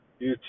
YouTube